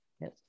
yes